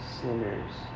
sinners